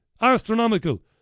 Astronomical